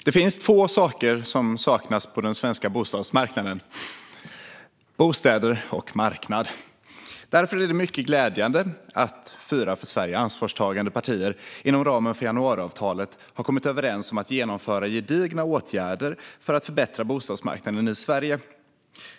Fru talman! Det finns två saker som saknas på den svenska bostadsmarknaden: bostäder och marknad. Därför är det mycket glädjande att fyra för Sverige ansvarstagande partier inom ramen för januariavtalet har kommit överens om att vidta gedigna åtgärder för att förbättra bostadsmarknaden i Sverige.